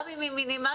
גם אם היא מינימלית,